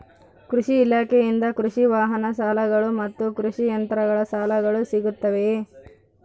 ಕೃಷಿ ಇಲಾಖೆಯಿಂದ ಕೃಷಿ ವಾಹನ ಸಾಲಗಳು ಮತ್ತು ಕೃಷಿ ಯಂತ್ರಗಳ ಸಾಲಗಳು ಸಿಗುತ್ತವೆಯೆ?